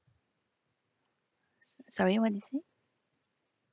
so~ sorry what you say